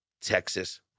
Texas